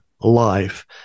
life